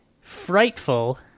Frightful